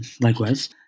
Likewise